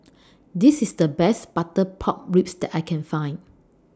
This IS The Best Butter Pork Ribs that I Can Find